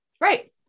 Right